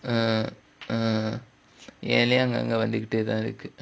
uh uh என் இதுலயும் அங்கங்க வந்துட்டேதா இருக்கு:en ithulayum anganga vanthuttaethaa irukku